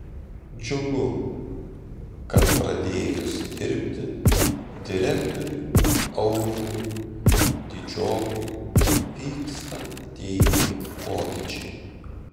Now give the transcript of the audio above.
džiugu kad pradėjus dirbti direktoriui aurimui didžiokui vyksta teigiami pokyčiai